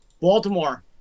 Baltimore